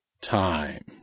time